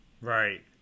Right